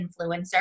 Influencer